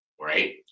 right